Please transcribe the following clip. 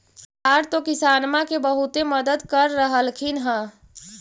सरकार तो किसानमा के बहुते मदद कर रहल्खिन ह?